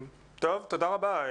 טוב, תודה רבה.